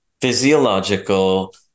physiological